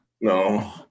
No